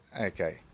Okay